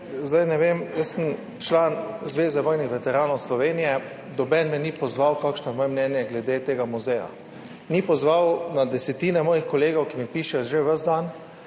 ne vem, jaz sem član Zveze vojnih veteranov Slovenije, nihče me ni pozval, kakšno je moje mnenje glede tega muzeja, ni pozval na desetine mojih kolegov, ki mi pišejo že ves dan.